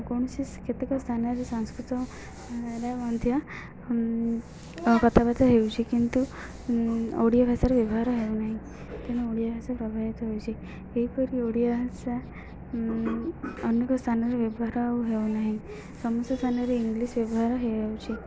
କୌଣସି କେତେକ ସ୍ଥାନରେ ସାଂସ୍କୃତରେ ମଧ୍ୟ କଥାବାର୍ତ୍ତା ହେଉଛିି କିନ୍ତୁ ଓଡ଼ିଆ ଭାଷାର ବ୍ୟବହାର ହେଉ ନାହିଁ ତେଣୁ ଓଡ଼ିଆ ଭାଷା ପ୍ରଭାବିତ ହେଉଛିି ଏହିପରି ଓଡ଼ିଆ ଭାଷା ଅନେକ ସ୍ଥାନରେ ବ୍ୟବହାର ଆଉ ହେଉ ନାହିଁ ସମସ୍ତ ସ୍ଥାନରେ ଇଂଲିଶ ବ୍ୟବହାର ହେଇଯାଉଛି